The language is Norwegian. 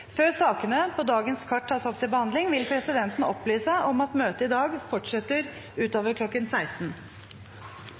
Før sakene på dagens kart tas opp til behandling, vil presidenten opplyse om at møtet i dag fortsetter